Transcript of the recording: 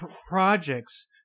projects